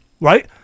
right